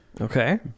Okay